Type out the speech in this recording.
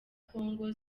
congo